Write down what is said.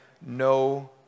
no